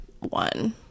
one